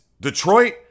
Detroit